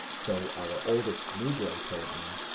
so our oldest negro told me,